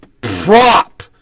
prop